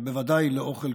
אבל בוודאי לאוכל,